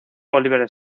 oliver